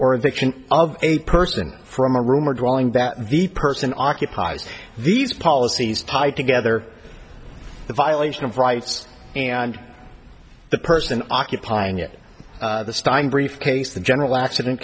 or addiction of a person from a room or drawing that the person occupies these policies tied together the violation of rights and the person occupying it the stein briefcase the general accident